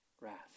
Wrath